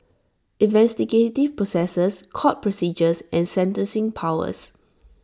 investigative processes court procedures and sentencing powers